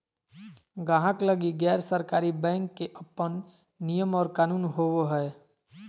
गाहक लगी गैर सरकारी बैंक के अपन नियम और कानून होवो हय